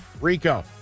Rico